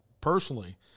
personally